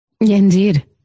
Indeed